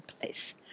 place